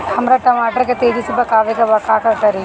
हमरा टमाटर के तेजी से पकावे के बा का करि?